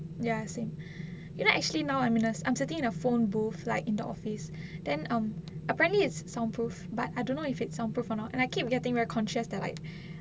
ya same you know actually now I'm in a I'm sitting in the phone booth like in the office then um apparently is soundproof but I do not know if it is soundproof or not and I keep getting conscious that I